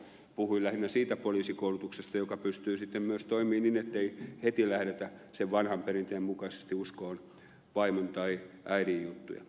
puhuin lähinnä siitä poliisikoulutuksesta joka pystyy sitten myös toimimaan niin ettei heti lähdetä sen vanhan perinteen mukaisesti uskomaan vaimon tai äidin juttuja